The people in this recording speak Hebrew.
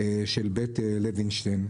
של בית לוינשטיין.